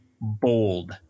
Bold